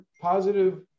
positive